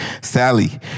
Sally